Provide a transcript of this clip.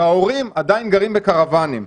וההורים עדיין גרים בקרוואנים.